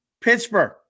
Pittsburgh